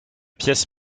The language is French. pièce